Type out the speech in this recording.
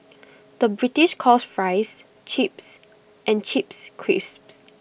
the British calls Fries Chips and Chips Crisps